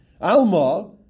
Alma